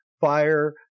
fire